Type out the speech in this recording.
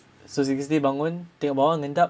so sixty thirty bangun tengok bawah mendap